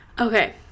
Okay